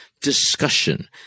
discussion